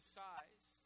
size